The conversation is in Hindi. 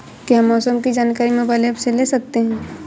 क्या मौसम की जानकारी मोबाइल ऐप से ले सकते हैं?